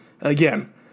Again